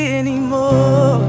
anymore